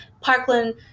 parkland